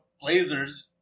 blazers